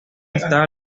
está